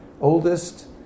Oldest